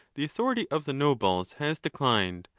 the authority of the nobles has declined,